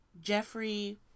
Jeffrey